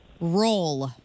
Roll